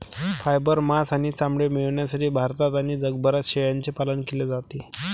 fibre, मांस आणि चामडे मिळविण्यासाठी भारतात आणि जगभरात शेळ्यांचे पालन केले जाते